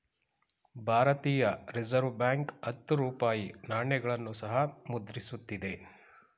ಭಾರತೀಯ Reserve Bank ಹತ್ತು ರೂಪಾಯಿ ನಾಣ್ಯಗಳನ್ನು ಸಹ ಮುದ್ರಿಸುತ್ತಿದೆ